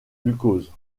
glucose